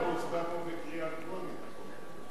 בקריאה טרומית, שני-שלישים.